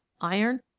iron